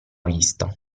vista